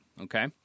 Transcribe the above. okay